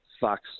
Fox